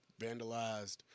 vandalized